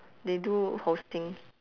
they do hosting